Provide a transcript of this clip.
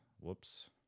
whoops